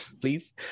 please